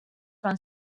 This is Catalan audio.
van